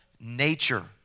nature